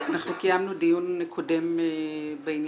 אנחנו קיימנו דיון קודם בעניין